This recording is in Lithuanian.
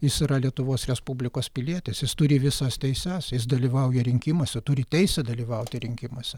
jis yra lietuvos respublikos pilietis jis turi visas teises jis dalyvauja rinkimuose turi teisę dalyvauti rinkimuose